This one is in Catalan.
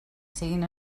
siguin